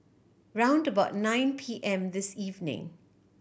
round about nine P M this evening